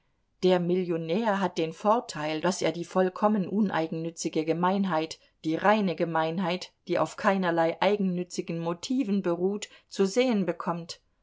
der millionär hat den vorteil daß er die vollkommen uneigennützige gemeinheit die reine gemeinheit die auf keinerlei eigennützigen motiven beruht zu sehen bekommt